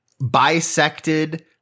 bisected